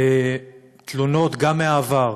תלונות גם מהעבר,